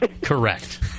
Correct